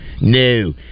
no